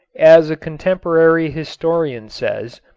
as a contemporary historian says,